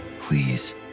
please